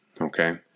Okay